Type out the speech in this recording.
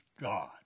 God